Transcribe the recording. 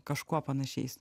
kažkuo panašiais